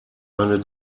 eine